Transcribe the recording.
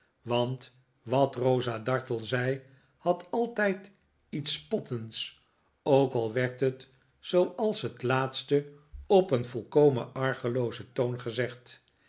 want wat rosa dartle zei had altijd iets spottends ook al werd het zooals het laatste op een volkomen argeloozen toon gezegd